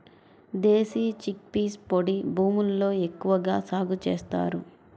దేశీ chickpeas పొడి భూముల్లో ఎక్కువగా సాగు చేస్తారు